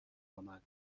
آمد